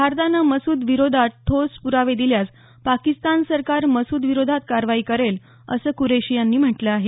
भारतानं मसूद विरोधात ठोस प्रावे दिल्यास पाकिस्तान सरकार मसूदविरोधात कारवाई करेल असं कुरैशी यांनी म्हटलं आहे